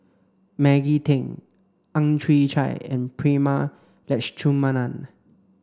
Maggie Teng Ang Chwee Chai and Prema Letchumanan